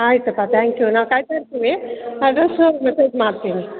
ಆಯಿತಪ್ಪ thank you ನಾವು ಕಾಯ್ತಾ ಇರ್ತೀವಿ ಅಡ್ರಸು ಮೆಸೇಜ್ ಮಾಡ್ತೀನಿ